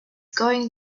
going